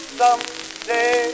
someday